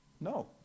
no